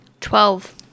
Twelve